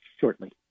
shortly